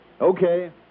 Okay